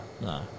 No